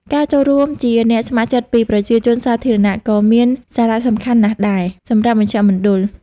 ការចូលរួមជាអ្នកស្ម័គ្រចិត្តពីប្រជាជនសាធារណៈក៏មានសារៈសំខាន់ណាស់ដែរ សម្រាប់មជ្ឈមណ្ឌល។